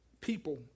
people